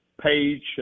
page